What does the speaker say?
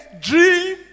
dream